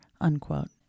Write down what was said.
unquote